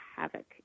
Havoc